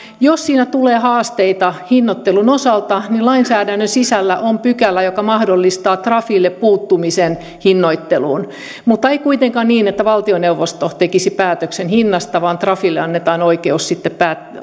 jos siinä tulee haasteita hinnoittelun osalta niin lainsäädännön sisällä on pykälä joka mahdollistaa trafille puuttumisen hinnoitteluun mutta ei kuitenkaan niin että valtioneuvosto tekisi päätöksen hinnasta vaan trafille annetaan oikeus sitten